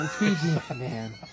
man